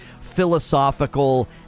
philosophical